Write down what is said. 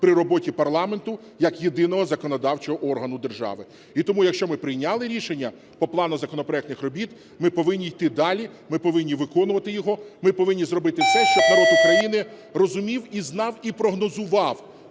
при роботі парламенту як єдиного законодавчого органу держави. І тому, якщо ми прийняли рішення по плану законопроектних робіт, ми повинні йти далі, ми повинні виконувати його. Ми повинні зробити все, щоб народ України розумів і знав, і прогнозував